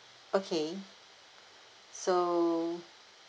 okay so